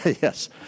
Yes